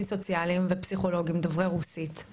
סוציאליים ופסיכולוגים דוברי רוסית,